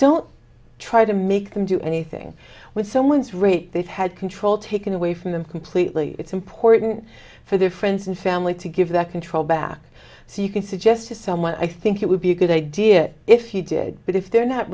don't try to make them do anything with someone's rate they've had control taken away from them completely it's important for their friends and family to give that control back so you can suggest to someone i think it would be a good idea if you did but if they're not